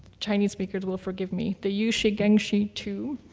chinese speakers will forgive me, the yuzhi gengzhi tu,